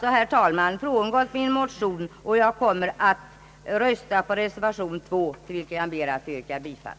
Jag har alltså frångått min motion och kommer att rösta på reservation 2, till vilken jag ber att få yrka bifall.